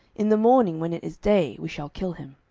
in the morning, when it is day, we shall kill him.